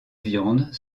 viande